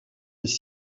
des